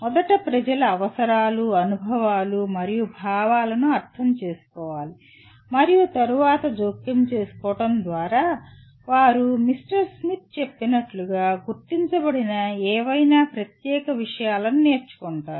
మొదట ప్రజల అవసరాలు అనుభవాలు మరియు భావాలను అర్థంచేసుకోవాలి మరియు తరువాత జోక్యం చేసుకోవడం ద్వారా వారు మిస్టర్ స్మిత్ చెప్పినట్లుగా గుర్తించబడిన ఏవైనా ప్రత్యేకమైన విషయాలను నేర్చుకుంటారు